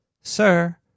sir